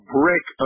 brick